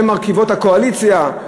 הן מרכיבות את הקואליציה.